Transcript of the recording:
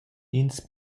ins